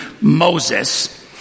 Moses